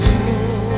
Jesus